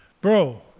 Bro